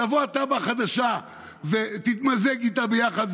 תבוא התב"ע החדשה ותתמזג איתה ביחד,